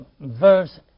verse